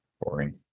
Boring